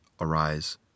arise